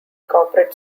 corporate